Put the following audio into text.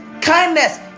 kindness